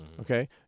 okay